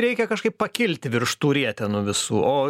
reikia kažkaip pakilti virš tų rietenų visų o